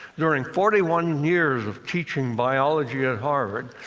during forty one years of teaching biology at harvard,